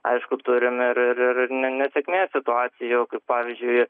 aišku turim ir ir ne nesėkmės situacijų kaip pavyzdžiui